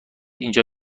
اینجا